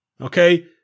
Okay